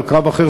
על קרב אחר,